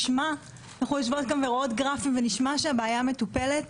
אנחנו יושבים כאן ורואים גרפים ונשמע שהבעיה מטופלת